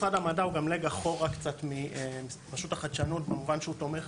משרד המדע הוא גם --- מרשות החדשנות במובן שהוא תומך